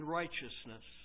righteousness